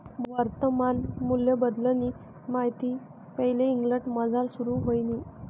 वर्तमान मूल्यबद्दलनी माहिती पैले इंग्लंडमझार सुरू व्हयनी